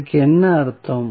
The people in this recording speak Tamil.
இதற்கு என்ன அர்த்தம்